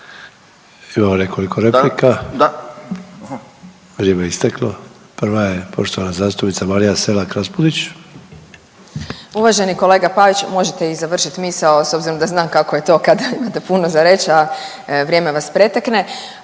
Evo nekoliko replika. Vrijeme isteklo. Prva je poštovana zastupnica Marija Selak Raspudić. **Selak Raspudić, Marija (Nezavisni)** Uvaženi kolega Pavić možete vi završit misao s obzirom da znam kako je to kad imate puno za reć, a vrijeme vas pretekne,